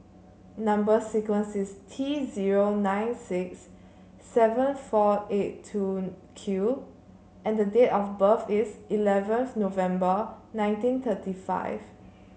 number sequence is T zero nine six seven four eight two Q and date of birth is eleventh November nineteen thirty five